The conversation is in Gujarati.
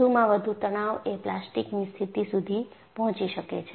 વધુમાં વધુ તણાવ એ પ્લાસ્ટિકની સ્થિતિ સુધી પહોંચી શકે છે